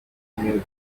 mutant